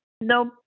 Nope